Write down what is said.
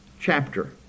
chapter